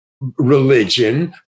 religion